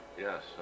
Yes